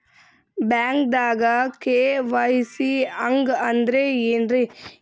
ಬ್ಯಾಂಕ್ದಾಗ ಕೆ.ವೈ.ಸಿ ಹಂಗ್ ಅಂದ್ರೆ ಏನ್ರೀ?